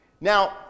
Now